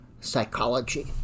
psychology